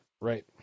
Right